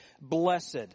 Blessed